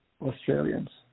Australians